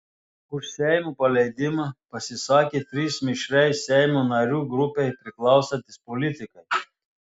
už seimo paleidimą pasisakė trys mišriai seimo narių grupei priklausantys politikai